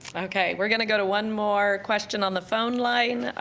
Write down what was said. okay, we're gonna go to one more question on the phone line,